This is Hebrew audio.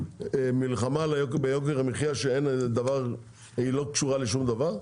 מלחמה ביוקר המחיה שלא קשורה לשום דבר?